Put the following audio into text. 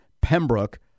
Pembroke